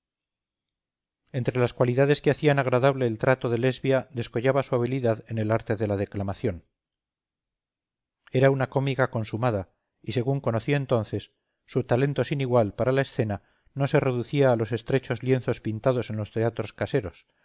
entre las cualidades que hacían agradable el trato de lesbia descollaba su habilidad en el arte de la declamación era una cómica consumada y según conocí después su talento sin igual para la escena no se reducía a los estrechos lienzos pintados de los teatros caseros